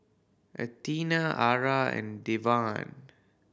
Athena Ara and Devan